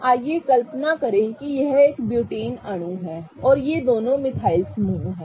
आइए कल्पना करें कि यह एक ब्यूटेन अणु है और ये दोनों मिथाइल समूह हैं